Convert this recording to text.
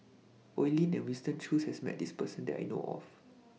Oi Lin and Winston Choos has Met This Person that I know of